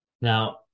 Now